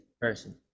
person